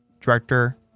director